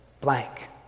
blank